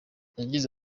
yagize